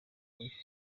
witwa